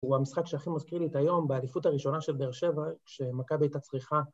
‫הוא המשחק שהכי מזכיר לי את היום, ‫באליפות הראשונה של באר שבע, ‫כשמכבי היתה צריכה.